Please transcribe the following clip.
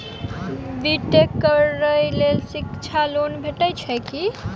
B tech करै लेल शिक्षा लोन भेटय छै की?